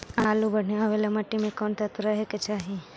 आलु बढ़िया होबे ल मट्टी में कोन तत्त्व रहे के चाही?